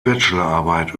bachelorarbeit